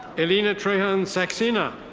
elena trejan saxina.